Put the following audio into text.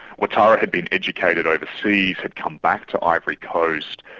ouattara had been educated overseas, had come back to ivory coast.